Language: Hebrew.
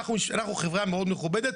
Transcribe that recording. אנחנו חברה מאוד מכובדת,